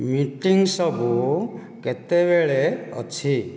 meeting ସବୁ କେତେବେଳେ ଅଛି